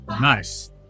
Nice